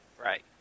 Right